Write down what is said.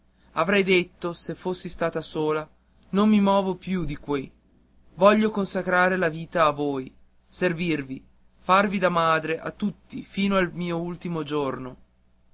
avrei detto se fossi stata sola non mi movo più di qui voglio consacrare la vita a voi servirvi farvi da madre a tutti fino al mio ultimo giorno